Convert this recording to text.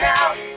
out